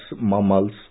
mammals